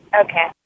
okay